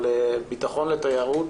אבל ביטחון לתיירות